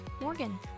Morgan